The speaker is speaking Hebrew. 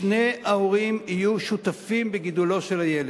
שני ההורים יהיו שותפים בגידולו של הילד,